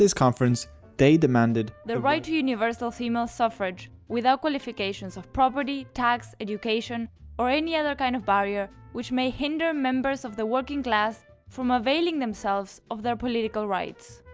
conference they demanded the right to universal female suffrage without qualifications of property, tax, education or any other kind of barrier which may hinder members of the working class from availing themselves of their political rights.